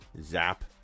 Zap